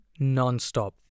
Nonstop